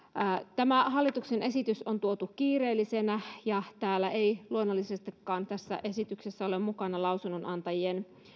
tämä hallituksen esitys on tuotu kiireellisenä ja tässä esityksessä ei luonnollisestikaan ole mukana lausunnonantajien